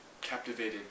captivated